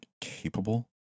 capable